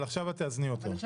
אז עכשיו תאזני אותו.